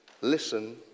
listen